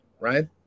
right